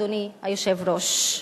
אדוני היושב-ראש.